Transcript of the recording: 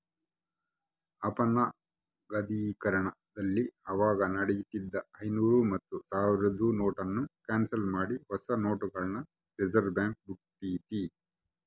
ಅಪನಗದೀಕರಣದಲ್ಲಿ ಅವಾಗ ನಡೀತಿದ್ದ ಐನೂರು ಮತ್ತೆ ಸಾವ್ರುದ್ ನೋಟುನ್ನ ಕ್ಯಾನ್ಸಲ್ ಮಾಡಿ ಹೊಸ ನೋಟುಗುಳ್ನ ರಿಸರ್ವ್ಬ್ಯಾಂಕ್ ಬುಟ್ಟಿತಿ